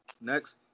next